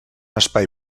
espai